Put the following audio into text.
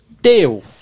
Deal